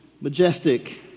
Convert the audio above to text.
majestic